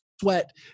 sweat